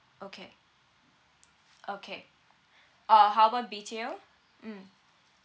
okay okay uh how about B_T_O mm